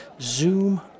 zoom